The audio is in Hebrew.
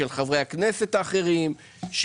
של חברי הכנסת האחרים,